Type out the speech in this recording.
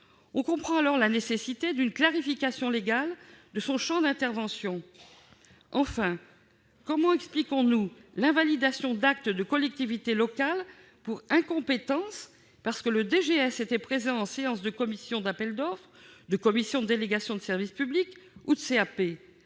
On comprend alors la nécessité d'une clarification légale de son champ d'intervention. Enfin, comment expliquer l'invalidation d'actes de collectivités locales pour incompétence en raison de la présence du DGS en séance de commission d'appel d'offres, de commission de délégation de service public ou de